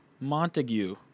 Montague